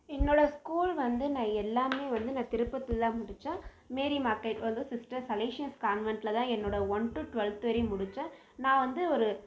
என்னோட ஸ்கூல் வந்து நான் எல்லாமே வந்து நான் திருப்பத்தூரில் தான் முடித்தேன் மேரி மார்க் டேல் வந்து சிஸ்டர் சலேசியஸ் கான்வென்ட்டில் தான் என்னோட ஒன் டு டுவல்த்து வரையும் முடித்தேன் நான் வந்து ஒரு